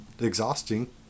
exhausting